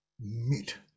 meet